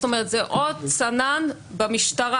זאת אומרת זה עוד סנן במשטרה,